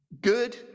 good